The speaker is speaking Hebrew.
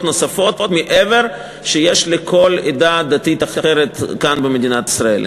נוספות מעבר למה שיש לכל עדה דתית אחרת כאן במדינת ישראל.